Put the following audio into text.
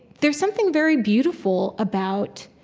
there's something very beautiful about